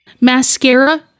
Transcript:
Mascara